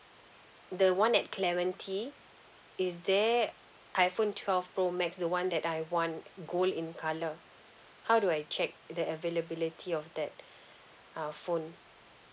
the one at clementi is there iphone twelve pro max the one that I want gold in colour how do I check the availability of that uh phone